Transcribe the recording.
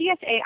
TSA